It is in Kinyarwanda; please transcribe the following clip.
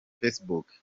facebook